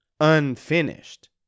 unfinished